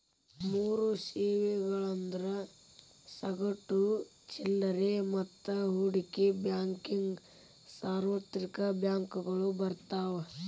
ಮೂರ್ ಸೇವೆಗಳಂದ್ರ ಸಗಟು ಚಿಲ್ಲರೆ ಮತ್ತ ಹೂಡಿಕೆ ಬ್ಯಾಂಕಿಂಗ್ ಸಾರ್ವತ್ರಿಕ ಬ್ಯಾಂಕಗಳು ಬರ್ತಾವ